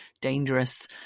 dangerous